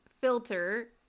filter